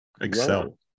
excel